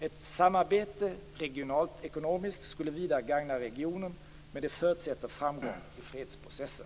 Ett regionalt ekonomiskt samarbete skulle vidare gagna regionen, men det förutsätter framgång i fredsprocessen.